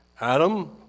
Adam